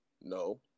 No